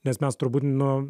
nes mes turbūt nu